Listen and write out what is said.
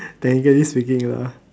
technically speaking lah